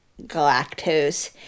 galactose